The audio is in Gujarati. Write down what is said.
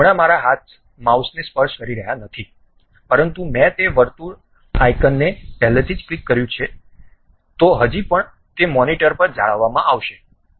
હમણાં મારા હાથ માઉસને સ્પર્શ કરી રહ્યા નથી પરંતુ મેં તે વર્તુળ આયકનને પહેલેથી જ ક્લિક કર્યું છે તો હજી પણ તે મોનિટર પર જાળવવામાં આવે છે